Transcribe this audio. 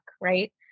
right